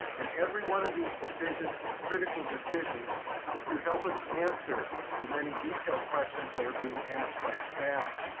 and every one of these decisions are critical decisions to help us answer the many detailed questions that are being asked by staff,